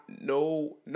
no